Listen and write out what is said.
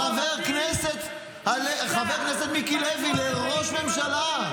חבר הכנסת מיקי לוי, לראש ממשלה.